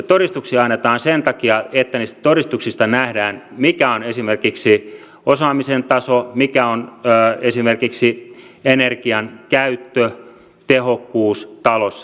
todistuksia annetaan sen takia että niistä todistuksista nähdään mikä on esimerkiksi osaamisen taso mikä on esimerkiksi energiankäyttötehokkuus talossa